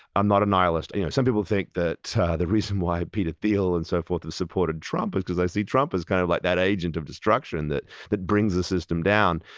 i'm not a nihilist. you know some people think that the reason why peter thiel and so forth supported trump is because they see trump as kind of like that agent of destruction that that brings the system down.